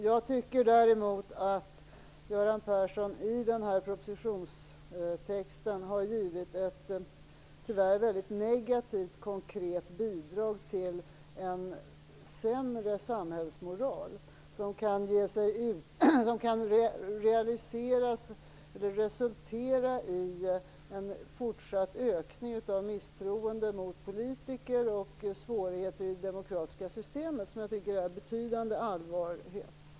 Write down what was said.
Jag tycker däremot att Göran Persson i den här propositionstexten har givit ett tyvärr mycket negativt konkret bidrag till en sämre samhällsmoral, som kan resultera i en fortsatt ökning av misstroendet mot politiker och svårigheter i det demokratiska systemet som jag tycker är av betydande allvar.